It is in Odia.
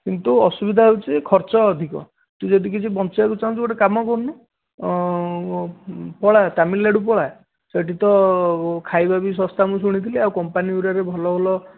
କିନ୍ତୁ ଅସୁବିଧା ହେଉଛି ଖର୍ଚ୍ଚ ଅଧିକ ତୁ ଯଦି କିଛି ବଞ୍ଚେଇବାକୁ ଚାହୁଁଛୁ ଗୋଟେ କାମ କରୁନୁ ପଳାଅ ତାମିଲନାଡୁ ପଳାଅ ସେଇଠି ତ ଖାଇବା ବି ଶସ୍ତା ମୁଁ ଶୁଣିଥିଲି ଆଉ କମ୍ପାନିଗୁଡ଼ାରେ ଭଲ ଭଲ